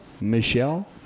Michelle